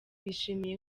bishimiye